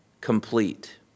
complete